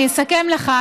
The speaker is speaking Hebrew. אני אסכם לך,